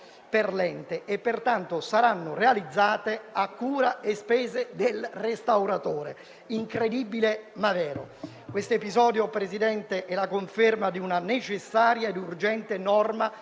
per l'ente e pertanto saranno realizzate a cura e spese del restauratore». Incredibile, ma vero. Questo episodio, signor Presidente, è la conferma di una necessaria e urgente norma